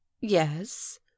yes